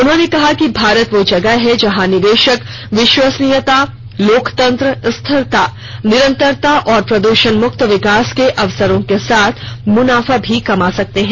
उन्होंने कहा कि भारत वह जगह है जहां निवेशक विश्वसनीयता लोकतंत्र स्थिरता निरंतरता और प्रदूषण मुक्त विकास के अवसरों के साथ मुनाफा भी कमा सकते हैं